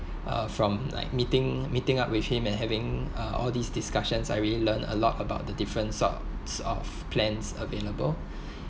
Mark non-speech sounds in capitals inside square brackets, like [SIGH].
uh from like meeting meeting up with him and having uh all these discussions I really learn a lot about the different sorts of plans available [BREATH]